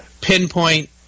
pinpoint